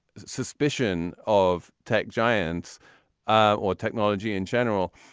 suspicion of tech giants ah or technology in general.